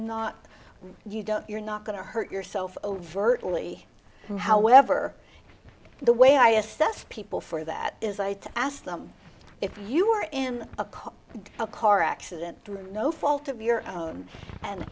not you don't you're not going to hurt yourself overtly however the way i assess people for that is i asked them if you were in a car a car accident through no fault of your own and